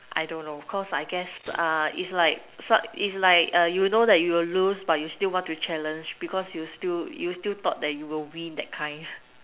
I don't know cause I guess is like is like you know that you will lose but you still want to challenge because you still you still thought that you will win that kind